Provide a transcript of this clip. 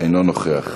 אינו נוכח.